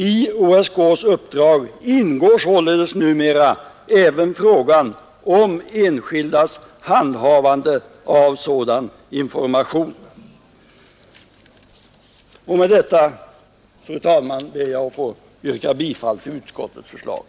I OSK:s uppdrag ingår således numera även frågan om enskildas handhavande av sådan information.” Med det anförda, fru talman, yrkar jag bifall till utskottets hemställan.